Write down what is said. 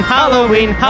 Halloween